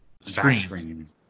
screen